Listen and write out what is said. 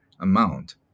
amount